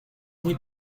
muy